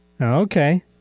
okay